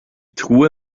truhe